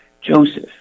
Joseph